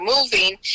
moving